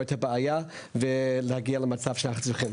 את הבעיה ולהגיע למצב שאנחנו צריכים.